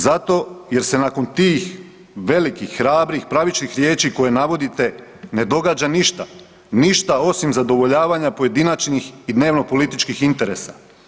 Zato jer se nakon tih velik, hrabrih, pravičnih riječi koje navodite ne događa ništa, ništa osim zadovoljavanja pojedinačnih i dnevnopolitičkih interesa.